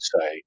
say